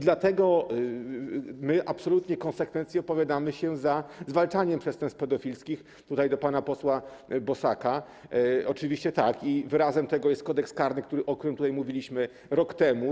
Dlatego absolutnie konsekwentnie opowiadamy się za zwalczaniem przestępstw pedofilskich - tutaj zwracam się do pana posła Bosaka - oczywiście tak, a wyrazem tego jest Kodeks karny, o którym tutaj mówiliśmy rok temu.